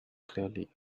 clearly